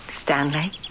Stanley